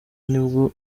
nibwo